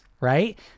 right